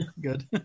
Good